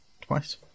twice